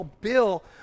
Bill